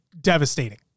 devastating